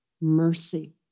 mercy